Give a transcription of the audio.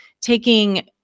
taking